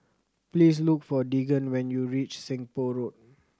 please look for Deegan when you reach Seng Poh Road